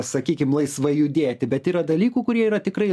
sakykim laisvai judėti bet yra dalykų kurie yra tikrai